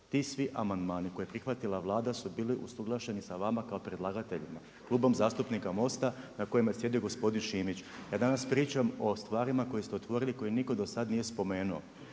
Ti svi amandmani koje je prihvatila Vlada su bili usuglašeni sa vama kao predlagateljima, Klubom zastupnika Mosta, na kojemu je sjedio gospodin Šimić. Ja danas pričam o stvarima koje ste otvorili, koje nitko do sada nije spomenuo.